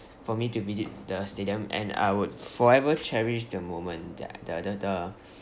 for me to visit the stadium and I would forever cherish the moment that I the the the